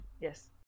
Yes